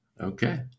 Okay